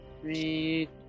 Three